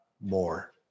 more